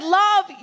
love